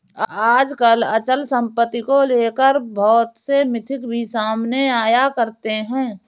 आजकल अचल सम्पत्ति को लेकर बहुत से मिथक भी सामने आया करते हैं